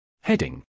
Heading